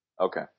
Okay